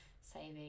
saving